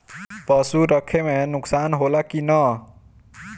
पशु रखे मे नुकसान होला कि न?